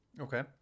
okay